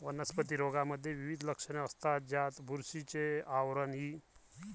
वनस्पती रोगांमध्ये विविध लक्षणे असतात, ज्यात बुरशीचे आवरण इ